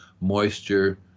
moisture